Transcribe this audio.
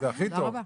זה הכי טוב.